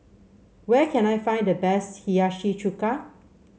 where can I find the best Hiyashi Chuka